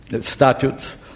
statutes